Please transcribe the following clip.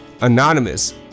anonymous